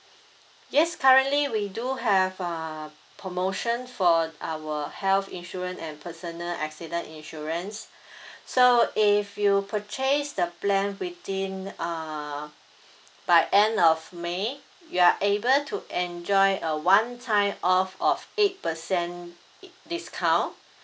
yes currently we do have uh promotion for our health insurance and personal accident insurance so if you purchase the plan within uh by end of may you are able to enjoy a one time off of eight percent discount